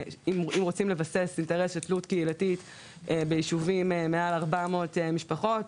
אם רוצים לבסס אינטרס של תלות קהילתית בישובים מעל 400 משפחות,